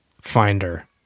finder